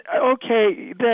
okay